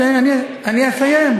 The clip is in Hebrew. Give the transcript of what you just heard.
אני אסיים.